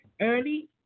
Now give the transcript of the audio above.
early